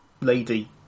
lady